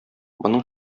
моның